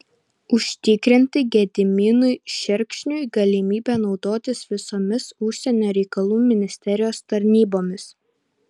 užtikrinti gediminui šerkšniui galimybę naudotis visomis užsienio reikalų ministerijos tarnybomis